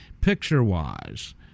picture-wise